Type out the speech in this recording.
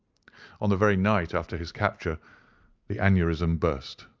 on the very night after his capture the aneurism burst,